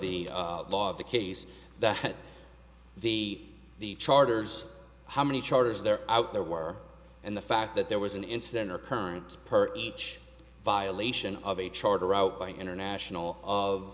the law of the case that the charters how many charters there out there were and the fact that there was an incident or current per each violation of a charter outgoing international of